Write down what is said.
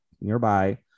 nearby